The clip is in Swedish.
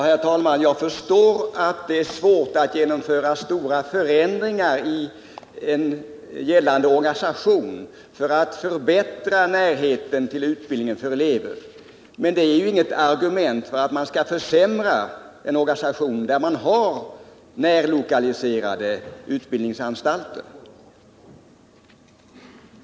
Herr talman! Jag förstår att det är svårt att genomföra stora förändringar i en gällande organisation för att förbättra närheten till utbildning för elever. Men det är å andra sidan inget argument för att man skall försämra en organisation där man har närlokaliserade utbildningsanstalter.